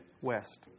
west